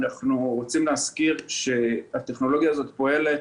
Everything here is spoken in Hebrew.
ואנחנו רוצים להזכיר שהטכנולוגיה הזאת פועלת